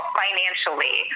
financially